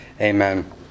Amen